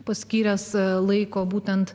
paskyręs laiko būtent